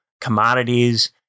commodities